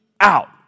out